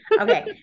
Okay